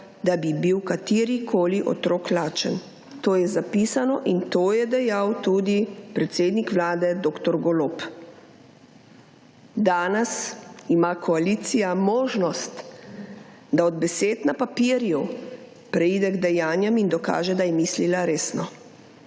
da bi bil katerikoli otrok lačen.« To je zapisani in to je dejal tudi predsednik Vlade, dr. Golob. Danes ima koalicija možnost, da od besed na papirju preide k dejanjem in dokaže, da je mislila resno.